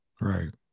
Right